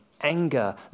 anger